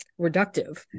reductive